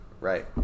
Right